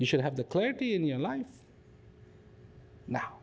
you should have the clarity in your life now